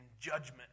judgment